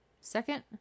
Second